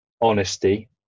honesty